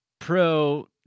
pro